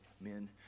men